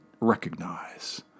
recognize